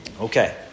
Okay